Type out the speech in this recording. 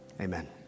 Amen